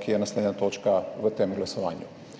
ki je naslednja točka v tem glasovanju.